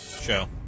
show